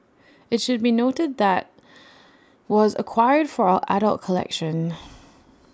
IT should be noted that was acquired for our adult collection